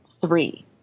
three